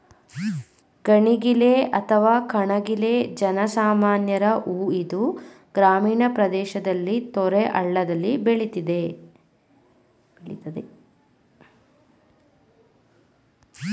ಗಣಗಿಲೆ ಅಥವಾ ಕಣಗಿಲೆ ಜನ ಸಾಮಾನ್ಯರ ಹೂ ಇದು ಗ್ರಾಮೀಣ ಪ್ರದೇಶದಲ್ಲಿ ತೊರೆ ಹಳ್ಳದಲ್ಲಿ ಬೆಳಿತದೆ